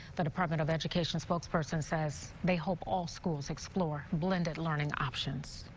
but department of education spokesperson says they hope all schools explore blended learning options.